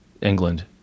England